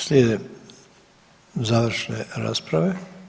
Slijede završne rasprave.